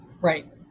Right